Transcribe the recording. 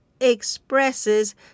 expresses